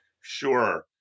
Sure